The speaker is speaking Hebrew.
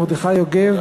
מרדכי יוגב,